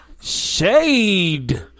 Shade